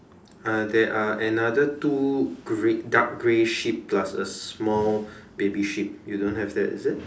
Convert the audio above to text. uh there are another two grey dark grey sheep plus a small baby sheep you don't have that is it